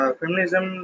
feminism